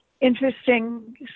interesting